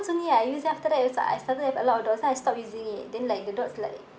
only I use then after that it was like I started to have a lot of dots then I stop using it then like the dots like